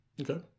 Okay